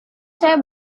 saya